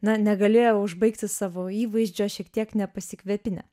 na negalėjo užbaigti savo įvaizdžio šiek tiek nepasikvėpinę